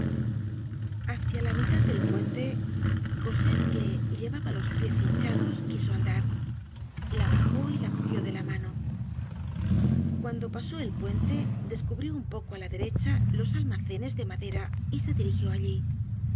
hacia la mitad del puente coscltc que llevaba los pies hinchados quiso andar la bajó y la cogió de la mano cuando pasó el puente descubrió un poco á la derecha los almacenes de madera y se dirigió allí